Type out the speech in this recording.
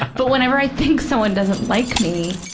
but whenever i think someone doesn't like me,